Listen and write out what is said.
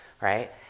right